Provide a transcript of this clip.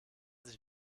sich